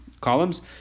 columns